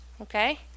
Okay